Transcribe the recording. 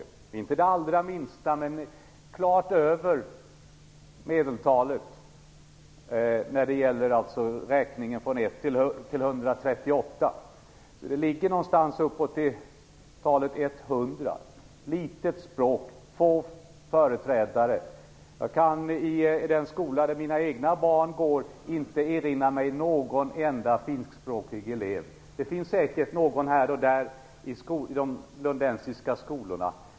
Det är inte det allra minsta, men det är helt klart ett av de mindre; i storleksordning kommer det ungefär på hundrade plats bland de 138 språken. Det är ett litet språk med få företrädare. I den skola där mina egna barn går kan jag inte erinra mig någon enda finskspråkig elev. Det finns säkert någon här och där i de lundensiska skolorna.